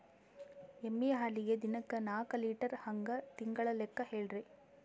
ಎಮ್ಮಿ ಹಾಲಿಗಿ ದಿನಕ್ಕ ನಾಕ ಲೀಟರ್ ಹಂಗ ತಿಂಗಳ ಲೆಕ್ಕ ಹೇಳ್ರಿ?